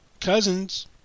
Cousins